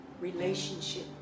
relationship